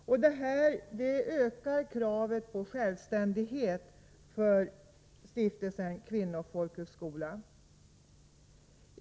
Detta förhållande ökar kravet på självständighet för Stiftelsen Kvinnofolkhögskola.